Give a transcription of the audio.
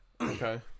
Okay